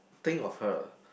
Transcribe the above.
think of her